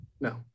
No